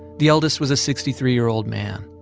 the eldest was a sixty three year old man,